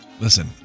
Listen